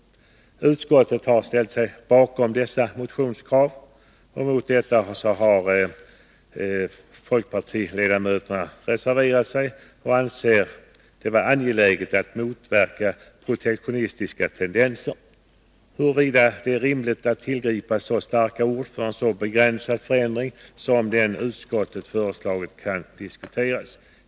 Utskottet har ställt sig bakom dessa motionskrav. Mot detta ställningstagande har emellertid folkpartiledamöterna reserverat sig. De anser det vara angeläget att motverka protektionistiska tendenser. Huruvida det är rimligt att tillgripa så starka ord för en så begränsad förändring som den utskottet föreslagit kan diskuteras.